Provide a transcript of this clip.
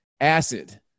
acid